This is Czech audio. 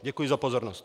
Děkuji za pozornost.